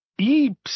eeps